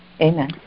Amen